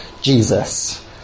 Jesus